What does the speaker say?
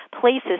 places